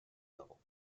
level